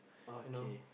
okay